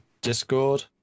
Discord